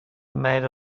made